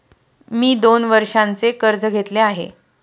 मी दोन वर्षांचे कर्ज घेतले आहे